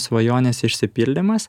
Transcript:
svajonės išsipildymas